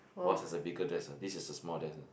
what is a bigger desk ah this is a small desk